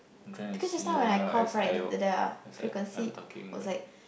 because just now when I cough right the the the frequency was like